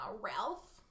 Ralph